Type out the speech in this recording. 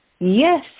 Yes